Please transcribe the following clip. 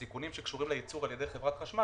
הסיכונים שקשורים לייצור על-ידי חברת חשמל